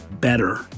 better